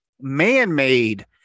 man-made